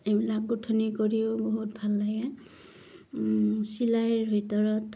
এইবিলাক গোঁঠনি কৰিও বহুত ভাল লাগে চিলাইৰ ভিতৰত